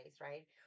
right